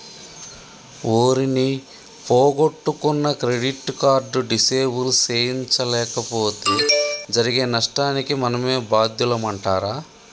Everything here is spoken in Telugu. ఓరి నీ పొగొట్టుకున్న క్రెడిట్ కార్డు డిసేబుల్ సేయించలేపోతే జరిగే నష్టానికి మనమే బాద్యులమంటరా